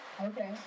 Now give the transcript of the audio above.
Okay